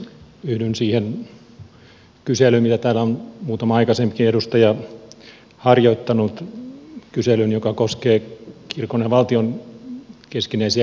yhdyn siihen kyselyyn mitä täällä on muutama aikaisempikin edustaja harjoittanut kyselyyn joka koskee kirkon ja valtion keskinäisiä sidoksia